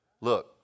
look